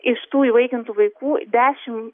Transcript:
iš tų įvaikintų vaikų dešim